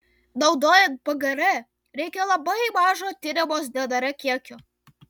naudojant pgr reikia labai mažo tiriamos dnr kiekio